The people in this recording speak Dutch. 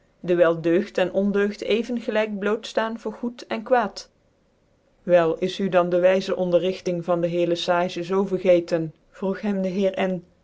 dcwyl deugd en ondeugd even clijk bloot ftaan voor goed en kwaad wel is d dan de wyzc ondcrrigtïng van lc heer le sage zoo vergcetcn vroeg hem de heer n